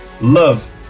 love